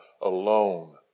alone